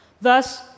Thus